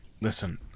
listen